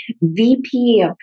VP